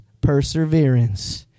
perseverance